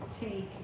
take